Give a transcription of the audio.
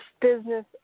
business